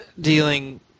dealing